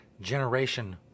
generation